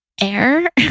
air